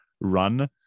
run